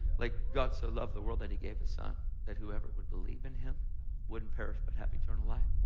like god so loved the world that he gave his son that whoever would believe in him wouldn't perish but have eternal life.